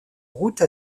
route